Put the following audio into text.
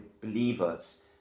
believers